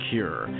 Cure